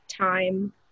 time